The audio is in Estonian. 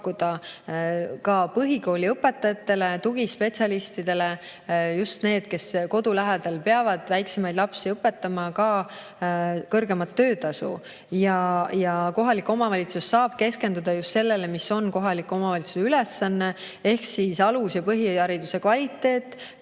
pakkuda ka põhikooliõpetajatele, tugispetsialistidele – just neile, kes kodu lähedal väiksemaid lapsi õpetavad – ka kõrgemat töötasu. Ja kohalik omavalitsus saab keskenduda sellele, mis on kohaliku omavalitsuse ülesanne ehk alus‑ ja põhihariduse kvaliteet,